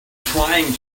trying